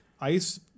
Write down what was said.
ICE